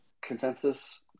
Consensus